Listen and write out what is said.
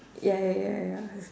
ya ya ya ya ya